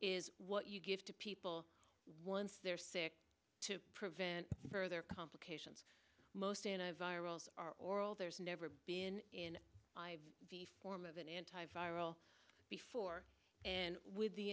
is what you give to people once they're sick to prevent further complications most anti virals or all there's never been in the form of an anti viral before and with the